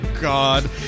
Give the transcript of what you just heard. God